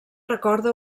recorda